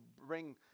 bring